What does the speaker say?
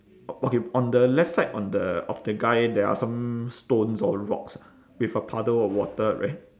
okay on the left side on the of the guy there are some stones or rocks with a puddle of water right